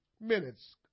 minutes